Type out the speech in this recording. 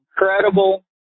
incredible